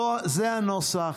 זה הנוסח.